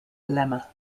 lemma